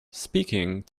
speaking